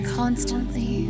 constantly